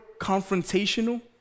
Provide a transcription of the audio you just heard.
confrontational